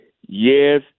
yes